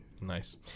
Nice